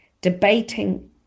debating